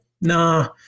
nah